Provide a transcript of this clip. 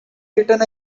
written